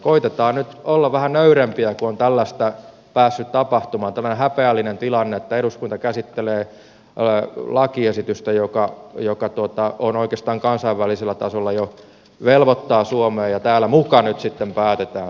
koetetaan nyt olla vähän nöyrempiä kun on tällaista päässyt tapahtumaan tämmöinen häpeällinen tilanne että eduskunta käsittelee lakiesitystä joka oikeastaan kansainvälisellä tasolla jo velvoittaa suomea ja täällä muka nyt sitten päätetään